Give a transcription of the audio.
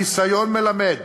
הניסיון מלמד